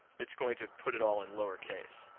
it's going to put it all in lowercase.